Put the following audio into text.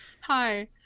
Hi